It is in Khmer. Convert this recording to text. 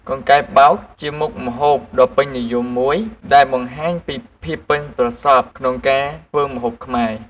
កង្កែបបោក ជាមុខម្ហូបដ៏ពេញនិយមមួយដែលបង្ហាញពីភាពប៉ិនប្រសប់ក្នុងការធ្វើម្ហូបខ្មែរ។